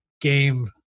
game